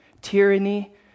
tyranny